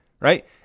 Right